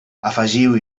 afegiu